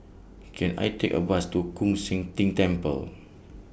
Can I Take A Bus to Koon Seng Ting Temple